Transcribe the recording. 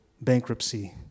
bankruptcy